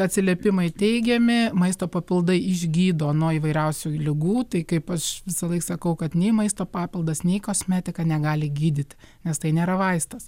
atsiliepimai teigiami maisto papildai išgydo nuo įvairiausių ligų tai kaip aš visąlaik sakau kad nei maisto papildas nei kosmetika negali gydyt nes tai nėra vaistas